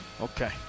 Okay